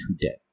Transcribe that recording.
today